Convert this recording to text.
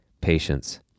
patience